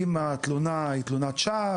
אם התלונה היא תלונת שווא,